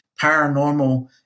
paranormal